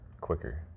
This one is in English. quicker